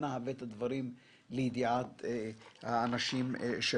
אנא הבא את הדברים לידיעת האנשים שלכם.